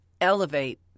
elevate